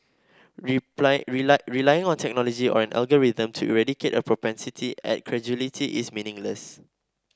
relying on technology or an algorithm to eradicate a propensity at credulity is meaningless